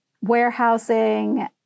warehousing